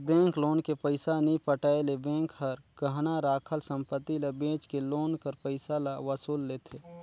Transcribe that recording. bank loan के पइसा नी पटाए ले बेंक हर गहना राखल संपत्ति ल बेंच के लोन कर पइसा ल वसूल लेथे